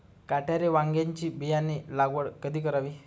काटेरी वांग्याची बियाणे लागवड कधी करावी?